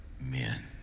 men